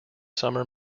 summer